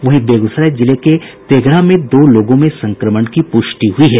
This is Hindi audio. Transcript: वहीं बेगूसराय जिले के तेघड़ा के दो लोगों में संक्रमण की प्रष्टि हुई है